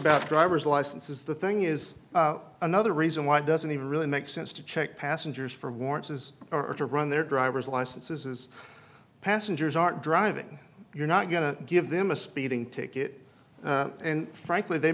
about driver's licenses the thing is another reason why doesn't even really make sense to check passengers for warrants as are to run their driver's licenses his passengers aren't driving you're not going to give them a speeding ticket and frankly they